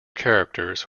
characters